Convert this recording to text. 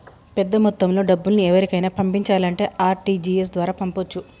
పెద్దమొత్తంలో డబ్బుల్ని ఎవరికైనా పంపించాలంటే ఆర్.టి.జి.ఎస్ ద్వారా పంపొచ్చు